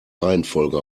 reihenfolge